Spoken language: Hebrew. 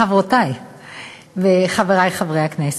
חברותי וחברי חברי הכנסת,